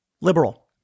liberal